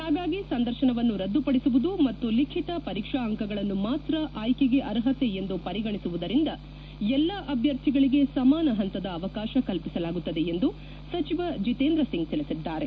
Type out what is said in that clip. ಹಾಗಾಗಿ ಸಂದರ್ಶವನ್ನು ರದುಪಡಿಸುವುದು ಮತ್ತು ಲಿಖಿತ ಪರೀಕ್ಷಾ ಅಂಕಗಳನ್ನು ಮಾತ್ರ ಆಯ್ಲೆಗೆ ಅರ್ಹತೆ ಎಂದು ಪರಿಗಣಿಸಿವುದರಿಂದ ಎಲ್ಲಾ ಅಭ್ಯರ್ಥಿಗಳಿಗೆ ಸಮಾನ ಹಂತದ ಅವಕಾಶ ಕಲ್ಪಿಸಲಾಗುತ್ತದೆ ಎಂದು ಸಚಿವ ಜಿತೇಂದ್ರ ಸಿಂಗ್ ತಿಳಿಸಿದ್ದಾರೆ